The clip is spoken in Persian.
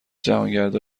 جهانگردا